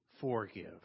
forgive